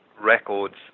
records